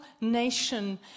nation